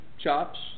chops